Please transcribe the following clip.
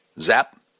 Zap